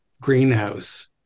greenhouse